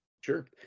Sure